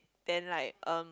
then like um